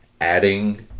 adding